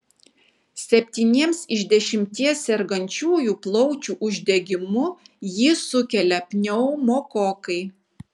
septyniems iš dešimties sergančiųjų plaučių uždegimu jį sukelia pneumokokai